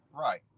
right